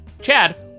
Chad